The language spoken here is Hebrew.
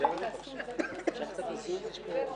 שלום